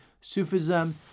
Sufism